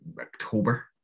October